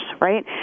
right